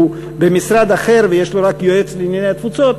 במשרד אחר ויש לו רק יועץ לענייני תפוצות,